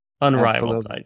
unrivaled